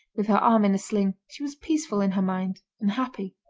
with her arm in a sling, she was peaceful in her mind and happy.